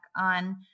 on